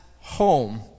home